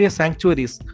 sanctuaries